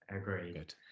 agreed